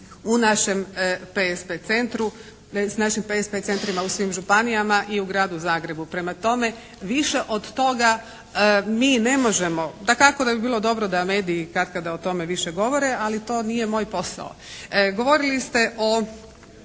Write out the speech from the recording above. u našem PSP centru, s našim PSP centrima u svim županijama i u gradu Zagrebu. Prema tome više od toga mi ne možemo. Dakako da bi bilo dobro da mediji katkada o tome više govore, ali to nije moj posao. Govorili ste o